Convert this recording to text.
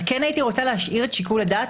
אבל כן הייתי רוצה להשאיר את שיקול הדעת